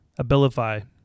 abilify